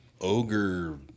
ogre